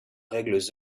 règles